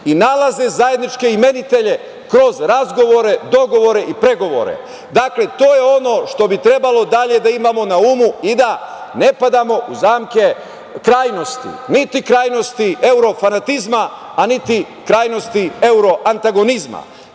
i nalaze zajedničke imenitelje kroz razgovore, dogovore i pregovore. Dakle, to je ono što bi trebalo dalje da imamo na umu i da ne padamo u zamke krajnosti, niti krajnosti fanatizma, a niti krajnosti euroantagonizma.